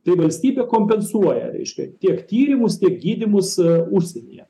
tai valstybė kompensuoja reiškia tiek tyrimus tiek gydymus užsienyje